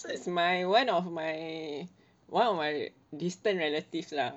my one of my one of my distant relative lah